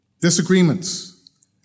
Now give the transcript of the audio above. Disagreements